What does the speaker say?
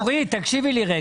אורית, תקשיבי לי רגע.